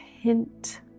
hint